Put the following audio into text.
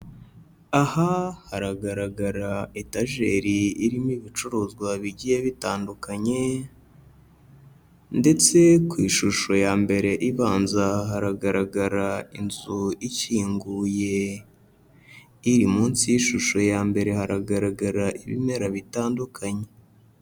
Aha haragaragara etajeri irimo ibicuruzwa bigiye bitandukanye, ndetse ku ishusho ya mbere ibanza hagaragara inzu ikinguye, iri munsi y'ishusho ya mbere haragaragara ibimera bitandukanye.